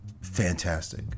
fantastic